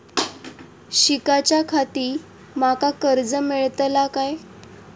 शिकाच्याखाती माका कर्ज मेलतळा काय?